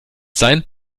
sein